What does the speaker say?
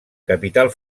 capital